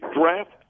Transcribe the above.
draft